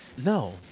No